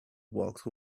walked